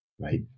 right